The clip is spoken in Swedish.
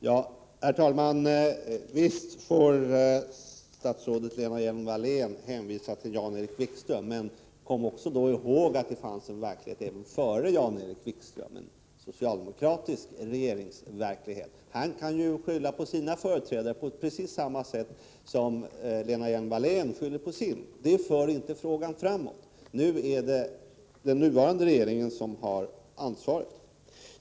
Herr talman! Visst får statsrådet Lena Hjelm-Wallén hänvisa till Jan-Erik Wikström, men kom ihåg att det fanns en verklighet före Jan-Erik Wikström, en socialdemokratisk regeringsverklighet. Han kan ju skylla på sina företrädare på precis samma sätt som Lena Hjelm-Wallén skyller på sin. Men detta för inte frågan framåt. Nu är det den nuvarande regeringen som har ansvaret.